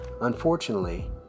Unfortunately